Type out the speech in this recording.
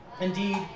Indeed